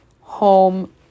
home